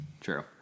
True